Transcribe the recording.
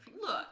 Look